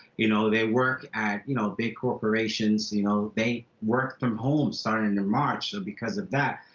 you know, they work at you know big corporations, you know, they work from home starting in march. because of that,